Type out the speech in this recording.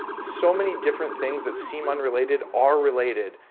so many different things that seem unrelated are related.